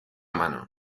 mano